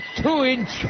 two-inch